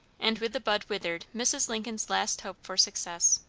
and with the bud withered mrs. lincoln's last hope for success.